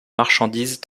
marchandises